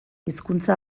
hizkuntza